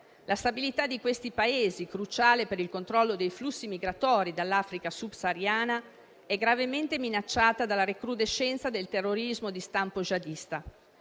La stabilità di questi Paesi, cruciale per il controllo dei flussi migratori dall'Africa subsahariana, è gravemente minacciata dalla recrudescenza del terrorismo di stampo jihadista.